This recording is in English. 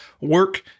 work